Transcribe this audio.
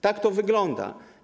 Tak to wygląda.